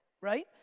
right